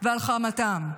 ועל חמתם,